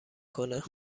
کنه